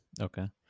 Okay